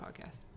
podcast